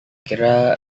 kira